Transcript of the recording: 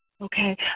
Okay